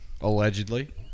Allegedly